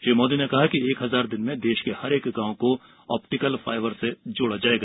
श्री मोदी ने कहा कि एक हजार दिन में देश के हर एक गांव को ऑप्टिकल फाइबर से जोड़ा जाएगा